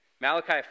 Malachi